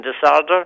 disorder